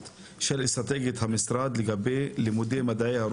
הישראלית וזה המסר שאתם מדברים עליו שם ב-"דרך